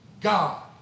God